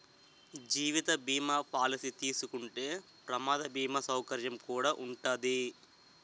జీవిత బీమా పాలసీ తీసుకుంటే ప్రమాద బీమా సౌకర్యం కుడా ఉంటాది